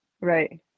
Right